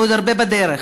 ועוד הרבה בדרך.